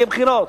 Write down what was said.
יהיו בחירות.